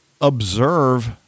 observe